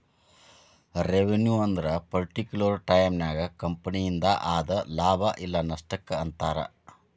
revenue ಅಂದ್ರ particular ಟೈಮನ್ಯಾಗ ಕಂಪನಿಯಿಂದ ಆದ ಲಾಭ ಇಲ್ಲ ನಷ್ಟಕ್ಕ ಅಂತಾರ